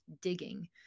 digging